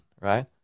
right